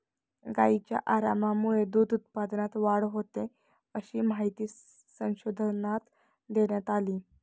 गायींच्या आरामामुळे दूध उत्पादनात वाढ होते, अशी माहिती संशोधनात देण्यात आली आहे